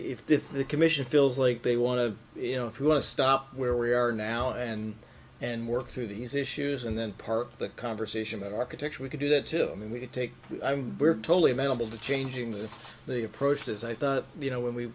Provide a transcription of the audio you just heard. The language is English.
if the commission feels like they want to you know if you want to stop where we are now and and work through these issues and then part of the conversation about architecture we can do that too i mean we could take i'm totally amenable to changing the they approached as i thought you know when we